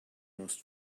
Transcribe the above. most